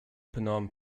phnom